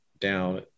down